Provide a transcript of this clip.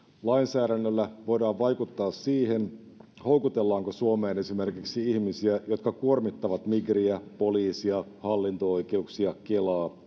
lainsäädännöllä voidaan vaikuttaa siihen houkutellaanko suomeen esimerkiksi ihmisiä jotka kuormittavat migriä poliisia hallinto oikeuksia kelaa